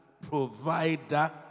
provider